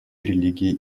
религии